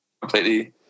Completely